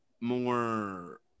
more